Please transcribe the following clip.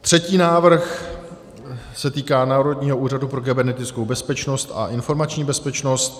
Třetí návrh se týká Národního úřadu pro kybernetickou bezpečnost a informační bezpečnost.